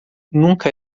nunca